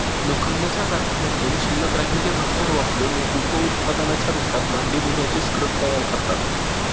लोखंडाच्या कारखान्यातून शिल्लक राहिलेले भंगार वापरुन एक उप उत्पादनाच्या रूपात भांडी धुण्याचे स्क्रब तयार करतात